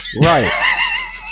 Right